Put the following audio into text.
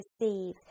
receive